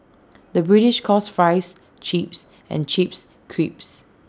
the British calls Fries Chips and Chips Crisps